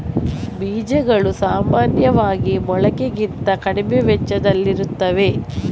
ಬೀಜಗಳು ಸಾಮಾನ್ಯವಾಗಿ ಮೊಳಕೆಗಿಂತ ಕಡಿಮೆ ವೆಚ್ಚದಲ್ಲಿರುತ್ತವೆ